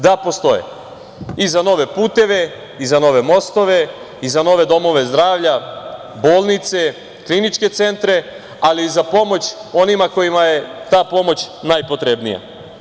Da, postoje i za nove puteve, i za nove mostove, i za nove domove zdravlja, bolnice, kliničke centre, ali i za pomoć onima kojima je ta pomoć najpotrebnija.